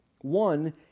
One